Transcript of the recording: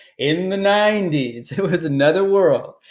in the ninety s, it was another world.